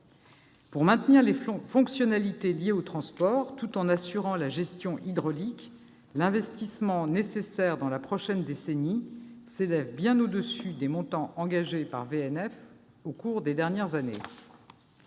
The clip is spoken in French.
Pour maintenir les fonctionnalités liées au transport tout en assurant la gestion hydraulique, l'investissement nécessaire pendant la prochaine décennie est bien supérieur aux montants engagés par VNF au cours des dernières années.